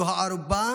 זו הערובה